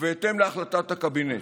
ובהתאם להחלטת הקבינט.